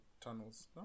tunnels